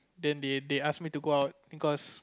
then they they ask me to go out because